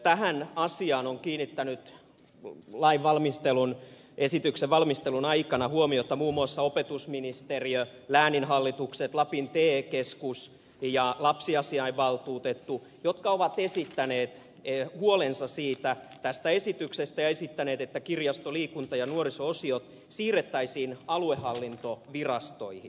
tähän asiaan ovat kiinnittäneet esityksen valmistelun aikana huomiota muun muassa opetusministeriö lääninhallitukset lapin te keskus ja lapsiasiainvaltuutettu jotka ovat esittäneet huolensa tästä esityksestä ja esittäneet että kirjasto liikunta ja nuoriso osiot siirrettäisiin aluehallintovirastoihin